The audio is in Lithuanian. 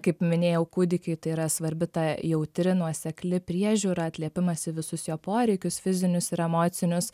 kaip minėjau kūdikiui tai yra svarbi ta jautri nuosekli priežiūra atliepimas į visus jo poreikius fizinius ir emocinius